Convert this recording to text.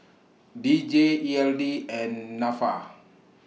D J E L D and Nafa